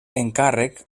encàrrec